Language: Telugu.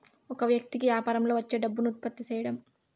ఒక వ్యక్తి కి యాపారంలో వచ్చే డబ్బును ఉత్పత్తి సేయడం